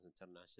international